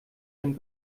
sind